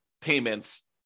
payments